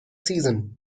season